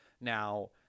Now